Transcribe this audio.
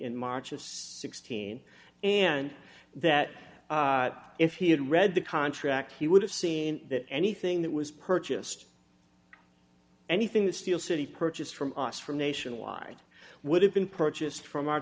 in march of sixteen and that if he had read the contract he would have seen that anything that was purchased anything that steel city purchased from us from nationwide would have been purchased from our